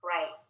Right